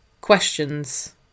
questions